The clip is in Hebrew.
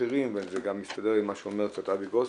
וזה גם מסתדר עם מה שאומר אבי גרוסמן,